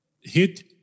hit